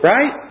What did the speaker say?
Right